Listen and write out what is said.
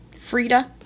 Frida